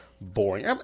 boring